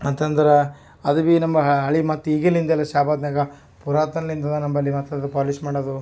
ಮತ್ತು ಅಂದ್ರೆ ಅದು ಬಿ ನಮ್ಮ ಹಳೆ ಮತ್ತು ಈಗಿಲಿಂದಲ್ಲ ಶಹಾಬಾದ್ನಗ ಪುರಾತನ್ಲಿಂದದ ನಂಬಲ್ಲಿ ಮತ್ತು ಅದು ಪಾಲಿಷ್ ಮಾಡೋದು